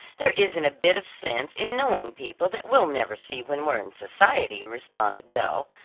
there isn't a bit of sense in knowing people that we'll never see when we're in society, responded belle,